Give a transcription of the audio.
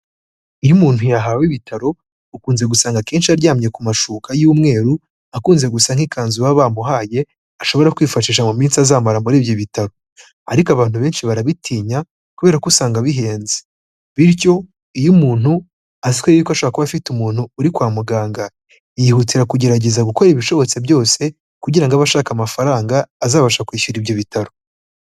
Iyo umuntu yahawe ibitaro, ukunze gusanga akenshi aryamye ku mashuka y'umweru, akunze gusa nk'ikanzu baba bamuhaye ashobora kwifashisha mu minsi azamara muri ibyo bitaro. Ariko abantu benshi barabitinyam kubera ko usanga bihenze. Bityo, iyo umuntu azi ko yuko ashobora kuba afite umuntu uri kwa muganga, yihutira kugerageza gukora ibishobotse byose kugira ngo abe ashaka amafaranga azabasha kwishyura ibyo bitaro.